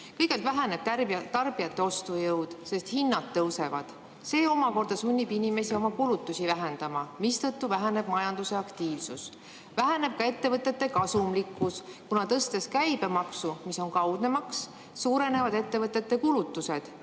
Kõigepealt väheneb tarbijate ostujõud, sest hinnad tõusevad. See omakorda sunnib inimesi oma kulutusi vähendama, mistõttu väheneb majanduse aktiivsus. Väheneb ka ettevõtete kasumlikkus, kuna tõstes käibemaksu, mis on kaudne maks, suurenevad ettevõtete kulutused.